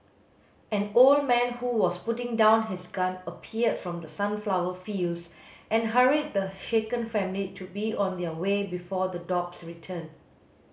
an old man who was putting down his gun appeared from the sunflower fields and hurried the shaken family to be on their way before the dogs return